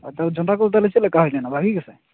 ᱟᱨ ᱛᱟᱦᱚᱞᱮ ᱡᱚᱱᱰᱨᱟ ᱠᱚᱫᱚ ᱪᱮᱫ ᱞᱮᱠᱟ ᱦᱩᱭ ᱞᱮᱱᱟ ᱵᱷᱟᱹᱜᱤ ᱜᱮᱥᱮ